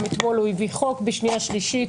גם אתמול הוא הביא חוק בשנייה ושלישית,